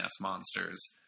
Monsters